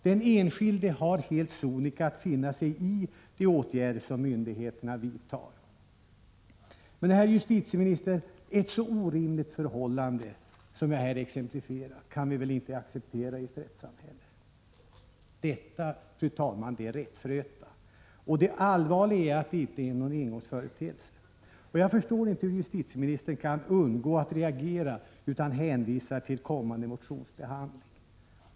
Den enskilde har helt sonika att finna sig i de åtgärder som myndigheterna vidtar. Men, herr justitieminister, ett så orimligt förhållande som jag här exemplifierat kan vi väl inte acceptera i ett rättssamhälle! Detta, fru talman, är rättsröta, och det allvarliga är att det inte är någon engångsföreteelse. Jag förstår inte att justitieministern kan undgå att reagera och bara hänvisar till kommande motionsbehandling.